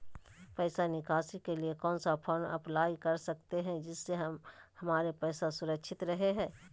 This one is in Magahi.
पैसा निकासी के लिए कौन सा फॉर्म अप्लाई कर सकते हैं जिससे हमारे पैसा सुरक्षित रहे हैं?